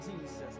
Jesus